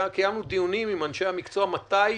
קיימנו דיונים עם אנשי המקצוע מתי